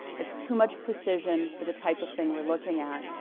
it's too much precision for the type of thing we're looking at,